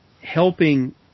helping